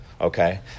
Okay